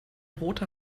roter